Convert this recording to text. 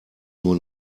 nur